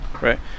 right